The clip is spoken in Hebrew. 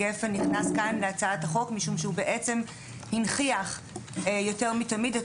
גפ"ן נכנסה בהצעת החוק משום שהיא הנכיחה יותר מתמיד,